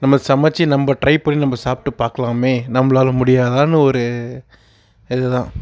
நம்ம சமைச்சு நம்ம டிரை பண்ணி நம்ம சாப்பிட்டு பார்க்குலாமே நம்மளால முடியாதான்னு ஒரு இதுதான்